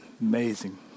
amazing